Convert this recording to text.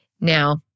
Now